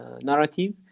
narrative